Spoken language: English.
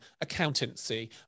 accountancy